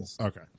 Okay